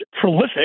prolific